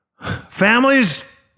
Families